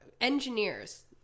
Engineers